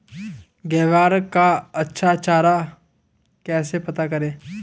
ग्वार का अच्छा चारा कैसे प्राप्त करें?